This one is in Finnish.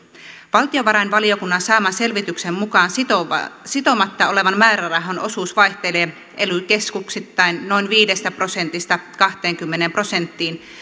valtiovarainvaliokunnan saaman selvityksen mukaan sitomatta sitomatta olevan määrärahan osuus vaihtelee ely keskuksittain noin viidestä prosentista kahteenkymmeneen prosenttiin